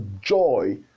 joy